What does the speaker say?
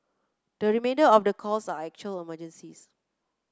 the remainder of calls are actual emergencies